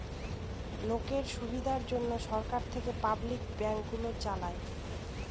লোকের সুবিধার জন্যে সরকার থেকে পাবলিক ব্যাঙ্ক গুলো চালায়